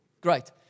Great